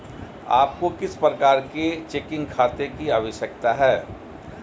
आपको किस प्रकार के चेकिंग खाते की आवश्यकता है?